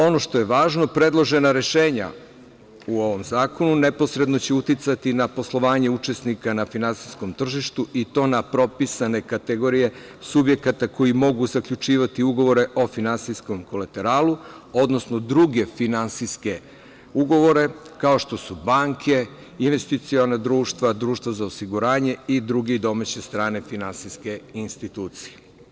Ono što je važno, predložena rešenja u ovom zakonu neposredno će uticati na poslovanje učesnika na finansijskom tržištu i to na propisane kategorije subjekata koji mogu zaključivati ugovore o finansijskom kolateralu, odnosno druge finansijske ugovore, kao što su banke, investiciona društva, društva za osiguranje i druge domaće i strane finansijske institucije.